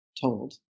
told